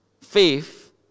Faith